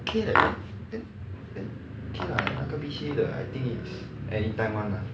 okay leh then then okay lah 那个 V_C_A 的 I think is anytime [one] lah